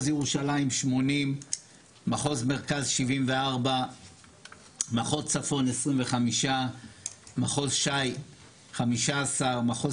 ירושלים 80. מחוז מרכז 74. מחוז צפון 25. מחוז ש"י 15. מחוז